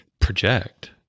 project